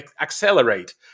accelerate